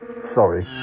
Sorry